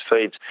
feeds